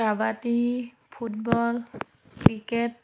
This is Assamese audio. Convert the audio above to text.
kabaddi football cricket